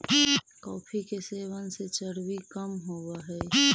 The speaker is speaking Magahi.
कॉफी के सेवन से चर्बी कम होब हई